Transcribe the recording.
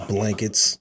Blankets